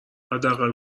حداقل